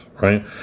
right